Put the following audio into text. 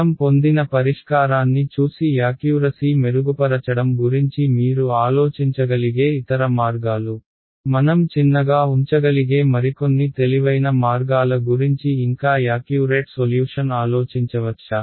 మనం పొందిన పరిష్కారాన్ని చూసి యాక్యూరసీ మెరుగుపరచడం గురించి మీరు ఆలోచించగలిగే ఇతర మార్గాలు మనం చిన్నగా ఉంచగలిగే మరికొన్ని తెలివైన మార్గాల గురించి ఇంకా యాక్యూరేట్ సొల్యూషన్ ఆలోచించవచ్చా